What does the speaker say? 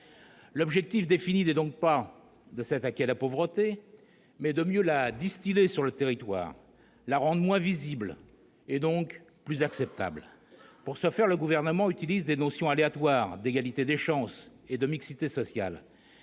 L'objectif défini n'est donc pas de s'attaquer à la pauvreté, mais de mieux la distiller sur le territoire, de la rendre moins visible, et donc plus acceptable. Pour ce faire, le Gouvernement recourt aux notions aléatoires d'« égalité des chances » et de « mixité sociale